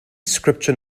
scripture